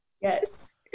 Yes